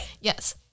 Yes